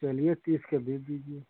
चलिए तीस के बीस दीजिए